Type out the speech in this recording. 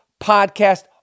podcast